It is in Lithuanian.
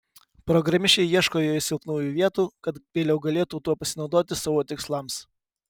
programišiai ieško joje silpnųjų vietų kad vėliau galėtų tuo pasinaudoti savo tikslams